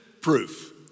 proof